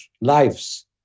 lives